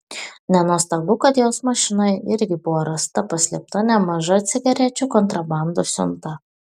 nenuostabu kad jos mašinoje irgi buvo rasta paslėpta nemaža cigarečių kontrabandos siunta